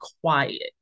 quiet